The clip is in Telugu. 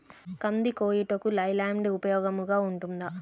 కంది కోయుటకు లై ల్యాండ్ ఉపయోగముగా ఉంటుందా?